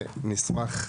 ונשמח.